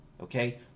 Okay